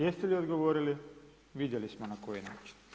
Jeste li odgovorili, vidjeli smo na koji način.